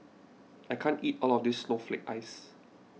I can't eat all of this Snowflake Ice